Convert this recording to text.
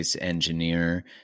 engineer